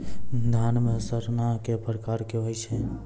धान म सड़ना कै प्रकार के होय छै?